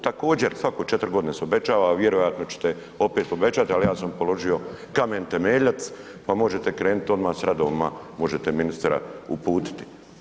Također, svako 4 godine se obećava, vjerojatno ćete opet obećati, ali ja sam položio kamen temeljac pa možete krenuti odmah s radovima, možete ministra uputiti.